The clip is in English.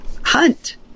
hunt